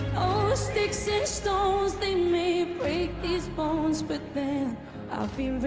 oh, sticks and stones they may break these bones but then i'll be